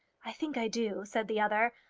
i think i do, said the other.